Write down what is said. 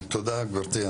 תודה, גברתי.